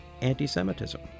anti-Semitism